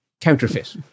counterfeit